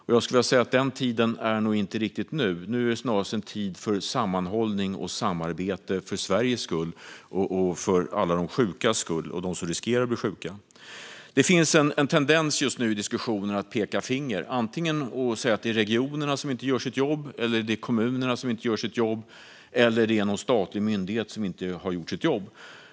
Jag skulle vilja säga att den tiden inte riktigt är nu. Nu är det snarast tid för sammanhållning och samarbete för Sveriges och alla de sjukas skull, och för dem som riskerar att bli sjuka. Det finns en tendens just nu i diskussionen att peka finger. Det är antingen regionerna, kommunerna eller någon statlig myndighet som inte har gjort sitt jobb.